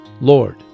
Lord